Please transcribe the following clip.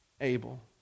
Abel